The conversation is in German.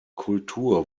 kultur